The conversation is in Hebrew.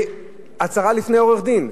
והצהרה בפני עורך-דין.